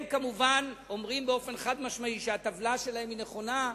הם כמובן אומרים באופן חד-משמעי שהטבלה שלהם נכונה.